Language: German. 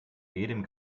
dem